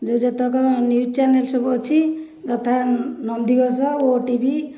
ଯେଉଁ ଯେତେକ news channel ସବୁ ଅଛି ଯଥା ନନ୍ଦିଘୋଷ ଓଟିଭି